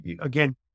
again